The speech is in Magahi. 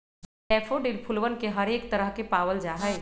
डैफोडिल फूलवन के हरेक तरह के पावल जाहई